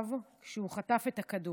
חשב כשהוא חטף את הכדור,